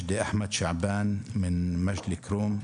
מג'די אחמד שעבאן ממג'ד אל-כרום,